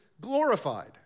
glorified